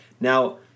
Now